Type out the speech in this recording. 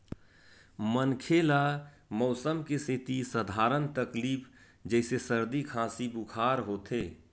मनखे ल मउसम के सेती सधारन तकलीफ जइसे सरदी, खांसी, बुखार होथे